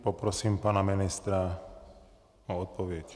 Poprosím pana ministra o odpověď.